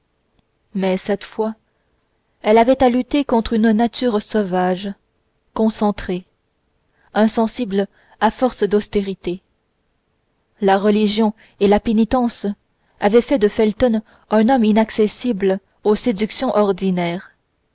mais cette fois elle avait à lutter contre une nature sauvage concentrée insensible à force d'austérité la religion et la pénitence avaient fait de felton un homme inaccessible aux séductions ordinaires